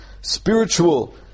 spiritual